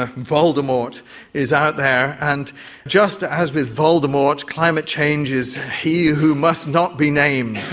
ah voldemort is out there, and just as with voldemort, climate change is he who must not be named.